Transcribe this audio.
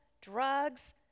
drugs